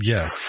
Yes